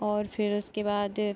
और फिर उसके बाद